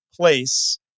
place